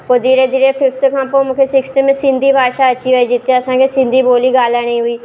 पोइ धीरे धीरे फिफ्थ खां पोइ मूंखे सिक्स्थ में सिंधी भाषा अची वई जिते असांखे सिंधी ॿोली ॻाल्हाइणी हुई